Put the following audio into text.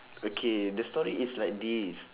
okay the story is like this